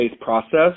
process